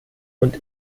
und